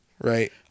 right